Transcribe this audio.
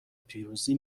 پیروزی